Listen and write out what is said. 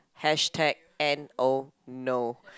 hashtag N_O no